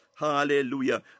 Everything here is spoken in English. Hallelujah